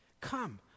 Come